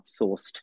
outsourced